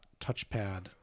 touchpad